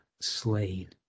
Slain